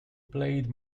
played